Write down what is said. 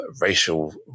racial